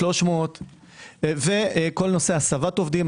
300 וכל הנושא של הסבת עובדים,